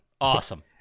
Awesome